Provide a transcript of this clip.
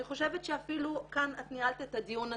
אני חושבת שאת ניהלת את הדיון הזה.